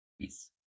Peace